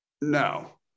No